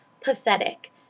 pathetic